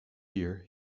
year